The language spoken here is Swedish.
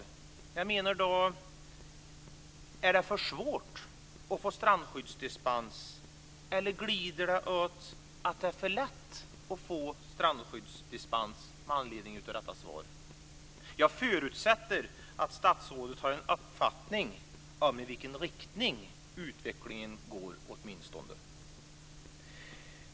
Med anledning av svaret undrar jag om det är för svårt att få dispens från strandskyddet eller om det glider åt att det är för lätt att få dispens från strandskyddet. Jag förutsätter att statsrådet åtminstone har en uppfattning om i vilken riktning utvecklingen går.